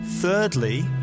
Thirdly